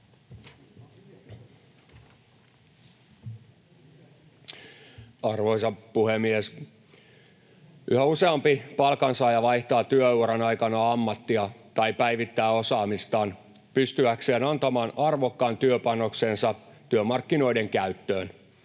Arvoisa puhemies! Yhä useampi palkansaaja vaihtaa työvuoron aikana ammattia tai päivittää osaamistaan pystyäkseen antamaan arvokkaan työpanoksensa työmarkkinoiden käyttöön,